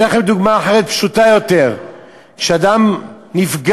אתן לכם דוגמה אחרת, פשוטה, שאדם נפגע,